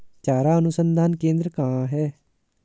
चारा अनुसंधान केंद्र कहाँ है?